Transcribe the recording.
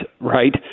right